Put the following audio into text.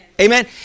Amen